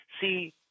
See